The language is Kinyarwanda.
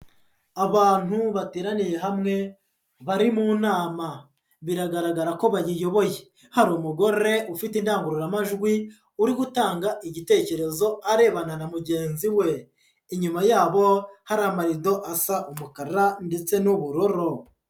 Abantu bateraniye hamwe bari mu nama, biragaragara ko bayiyoboye. Hari umugore ufite indangururamajwi uri gutanga igitekerezo arebana na mugenzi we. Inyuma yabo hari amarido asa umukara ndetse n'ubururu.